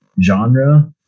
genre